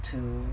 to